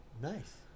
Nice